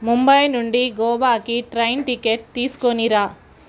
ముంబై నుండి గోవాకి train ticket తీసుకొనిరా